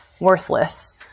worthless